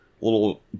little